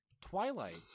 Twilight